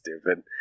stupid